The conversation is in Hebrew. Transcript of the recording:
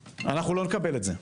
אנחנו לא נקבל את זה.